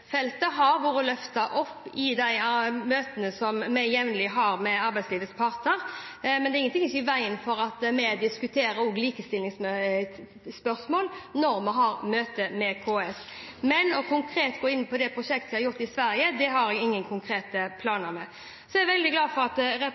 har vært løftet opp i de møtene som vi jevnlig har med arbeidslivets parter. Det er ingenting i veien for at vi også diskuterer likestillingsspørsmål når vi har møte med KS, men å gå inn på det prosjektet som de har i Sverige, har jeg ingen konkrete planer om. Jeg er glad for at representanten er veldig tydelig på at